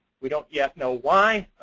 we don't yet know why,